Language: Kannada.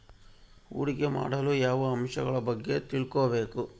ಹೂಡಿಕೆ ಮಾಡಲು ಯಾವ ಅಂಶಗಳ ಬಗ್ಗೆ ತಿಳ್ಕೊಬೇಕು?